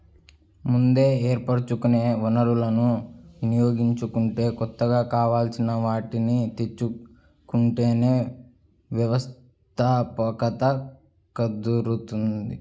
ముందే ఏర్పరచుకున్న వనరులను వినియోగించుకుంటూ కొత్తగా కావాల్సిన వాటిని తెచ్చుకుంటేనే వ్యవస్థాపకత కుదురుతుంది